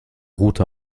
route